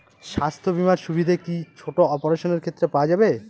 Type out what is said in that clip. স্বাস্থ্য বীমার সুবিধে কি ছোট অপারেশনের ক্ষেত্রে পাওয়া যাবে?